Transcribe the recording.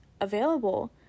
available